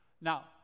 Now